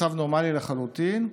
מצב נורמלי לחלוטין,